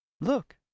Look